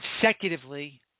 consecutively